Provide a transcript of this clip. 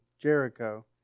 Jericho